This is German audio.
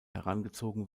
herangezogen